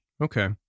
Okay